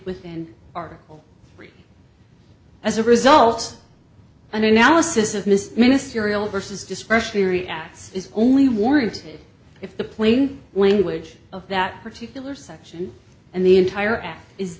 within article three as a result an analysis of miss ministerial versus discretionary acts is only warranted if the plane when which of that particular section and the entire act is